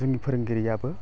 जोंनि फोरोंगिरियाबो